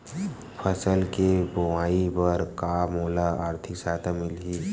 फसल के बोआई बर का मोला आर्थिक सहायता मिलही?